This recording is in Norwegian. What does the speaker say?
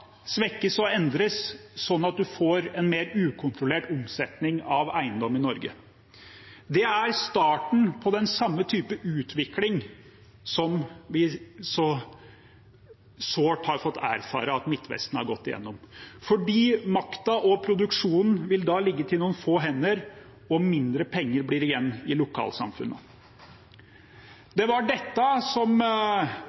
svekkes og endres, slik at en får en mer ukontrollert omsetning av eiendom i Norge. Det er starten på den samme typen utvikling som vi så sårt har fått erfare at Midtvesten har gått igjennom. Makten og produksjonen vil da samles på noen få hender, og mindre penger blir igjen i